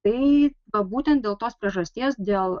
tai va būtent dėl tos priežasties dėl